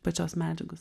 pačios medžiagos